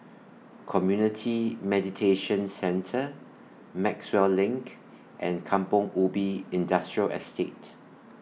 Community Mediation Centre Maxwell LINK and Kampong Ubi Industrial Estate